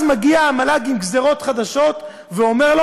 אז מגיעה המל"ג עם גזירות חדשות ואומרת